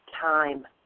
time